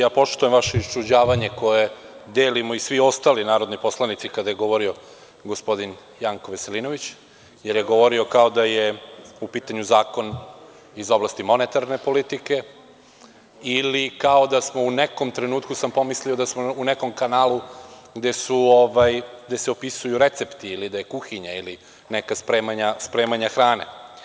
Ja poštujem vaše iščuđavanje, koje delimo i svi ostali narodni poslanici, kada je govorio gospodin Janko Veselinović, jer je govorio kao da je u pitanju zakon iz oblasti monetarne politike ili, u nekom trenutku sam pomislio da smo u nekom kanalu gde se opisuju recepti ili gde je kuhinja ili neka spremanja hrane.